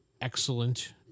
Excellent